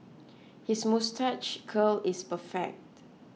his moustache curl is perfect